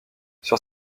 sur